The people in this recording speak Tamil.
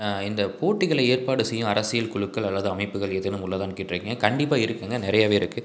இந்த போட்டிகளை ஏற்பாடு செய்யும் அரசியல் குழுக்கள் அல்லது அமைப்புகள் ஏதேனும் உள்ளதானு கேட்டுருக்கிங்க கண்டிப்பாக இருக்குதுங்க நிறையவே இருக்குது